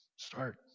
Start